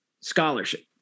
scholarship